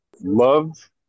love